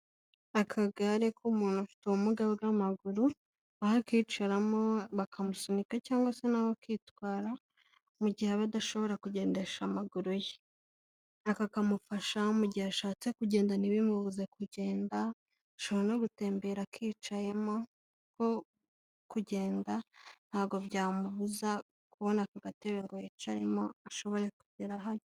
Akagare k'umuntu ufite ubumuga bw'amaguru, aho akicaramo bakamusunika cyangwa se na we akitwara, mu gihe aba adashobora kugendesha amaguru ye. Aka kamufasha mu gihe ashatse kugenda ntibimubuze kugenda, ashobora no gutembera akicayemo, kuko kugenda ntago byamubuza, kubona aka gatebe ngo yicaremo ashobore kugera hano.